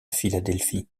philadelphie